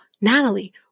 Natalie